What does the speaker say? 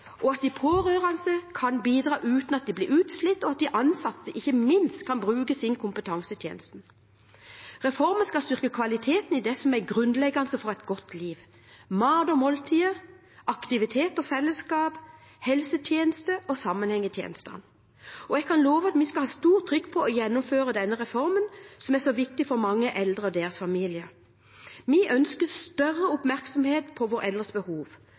at de pårørende kan bidra uten at de blir utslitt, og ikke minst at de ansatte kan bruke sin kompetanse i tjenesten. Reformen skal styrke kvaliteten i det som er grunnleggende for et godt liv: mat og måltider, aktivitet og fellesskap, helsetjenester og sammenheng i tjenestene. Jeg kan love at vi skal ha stort trykk på å gjennomføre denne reformen, som er så viktig for mange eldre og deres familier. Vi ønsker større oppmerksomhet på våre eldres behov,